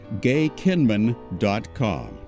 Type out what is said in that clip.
gaykinman.com